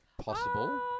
Possible